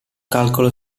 calcolo